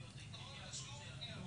אתם רואים